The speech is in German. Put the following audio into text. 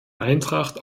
eintracht